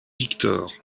victor